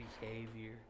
behavior